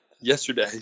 yesterday